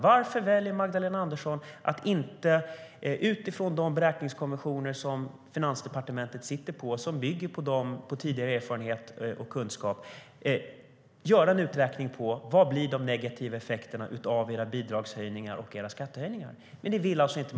Varför väljer Magdalena Andersson att inte göra en uträkning av vad de negativa effekterna av regeringens bidragshöjningar och skattehöjningar blir utifrån de beräkningskonventioner som Finansdepartementet sitter på och som bygger på tidigare erfarenhet och kunskap?